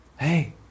Hey